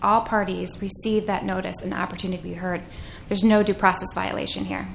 all parties receive that notice an opportunity you heard there's no due process violation here